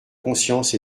conscience